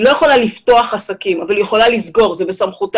היא לא יכולה לפתוח עסקים אבל היא יכולה לסגור וזה בסמכותה.